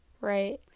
Right